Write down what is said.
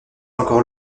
encore